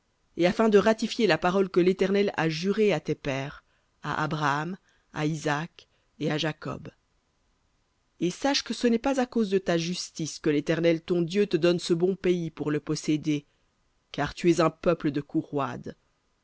et afin de ratifier la parole que l'éternel a jurée à tes pères à abraham à isaac et à jacob et sache que ce n'est pas à cause de ta justice que l'éternel ton dieu te donne ce bon pays pour le posséder car tu es un peuple de cou roide